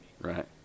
Right